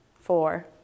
four